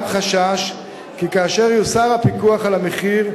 יש חשש שכאשר יוסר הפיקוח על המחיר,